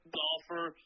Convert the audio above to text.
golfer